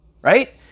right